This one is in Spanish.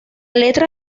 letra